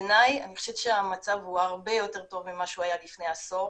בעיניי אני חושבת שהמצב הוא הרבה יותר טוב ממה שהוא היה לפני עשור